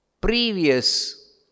previous